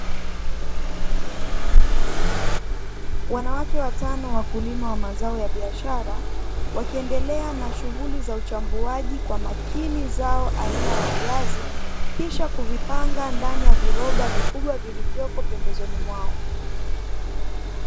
Wanawake watano wakulima wa mazao ya biashara, wakiendelea na shughuli za uchambuaji kwa makini zao aina ya viazi, kisha kuvipanga ndani ya viroba vikubwa vilivyopo pembezoni yao.